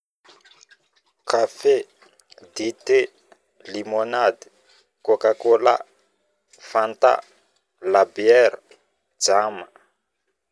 Kafe, dite, limonady, cocacola, fanta, labiera, dzama